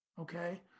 Okay